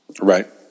Right